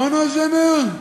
חנה זמר,